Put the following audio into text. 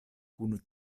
kun